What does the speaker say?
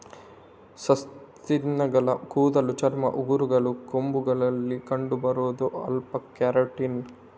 ಸಸ್ತನಿಗಳ ಕೂದಲು, ಚರ್ಮ, ಉಗುರುಗಳು, ಕೊಂಬುಗಳಲ್ಲಿ ಕಂಡು ಬರುದು ಆಲ್ಫಾ ಕೆರಾಟಿನ್